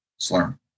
slurm